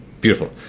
Beautiful